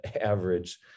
average